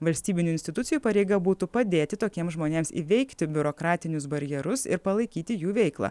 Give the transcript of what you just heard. valstybinių institucijų pareiga būtų padėti tokiems žmonėms įveikti biurokratinius barjerus ir palaikyti jų veiklą